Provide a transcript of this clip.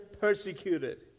persecuted